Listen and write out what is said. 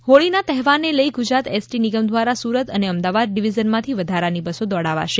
Holi S T હોળીના તહેવારને લઈ ગુજરાત એસટી નિગમ દ્વારા સુરત અને અમદાવાદ ડિવિઝનમાંથી વધારાની બસો દોડવાશે